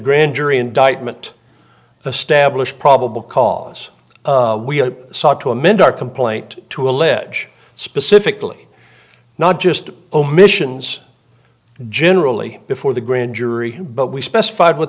grand jury indictment establish probable cause we sought to amend our complaint to allege specifically not just omissions generally before the grand jury but we specified what